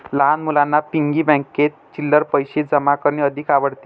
लहान मुलांना पिग्गी बँकेत चिल्लर पैशे जमा करणे अधिक आवडते